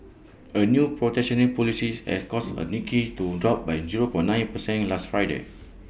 A new protectionist policy has caused A Nikkei to drop by zero point nine percentage last Friday